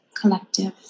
collective